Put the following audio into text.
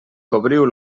cobriu